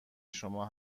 شما